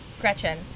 Gretchen